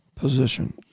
position